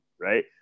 right